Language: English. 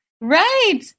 Right